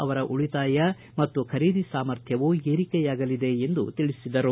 ಅವರ ಉಳಿತಾಯ ಮತ್ತು ಖರೀದಿ ಸಾಮರ್ಥ್ಯವೂ ಏರಿಕೆಯಾಗಲಿದೆ ಎಂದು ತಿಳಿಸಿದರು